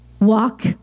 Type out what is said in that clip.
walk